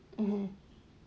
mmhmm